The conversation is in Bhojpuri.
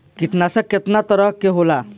कीटनाशक केतना तरह के होला?